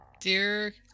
dear